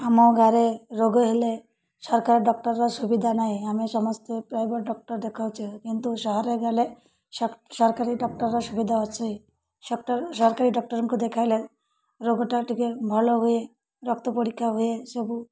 ଆମ ଗାଁରେ ରୋଗ ହେଲେ ସରକାରୀ ଡକ୍ଟରର ସୁବିଧା ନାହିଁ ଆମେ ସମସ୍ତେ ପ୍ରାଇଭେଟ ଡକ୍ଟର ଦେଖାଉଛୁ କିନ୍ତୁ ସହରେ ଗଲେ ସରକାରୀ ଡକ୍ଟରର ସୁବିଧା ଅଛି ସରକାରୀ ଡକ୍ଟରଙ୍କୁ ଦେଖାଇଲେ ରୋଗଟା ଟିକେ ଭଲ ହୁଏ ରକ୍ତ ପରୀକ୍ଷା ହୁଏ ସବୁ